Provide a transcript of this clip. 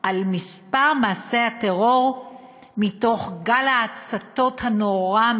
על מספר מעשי הטרור מתוך גל ההצתות הנורא,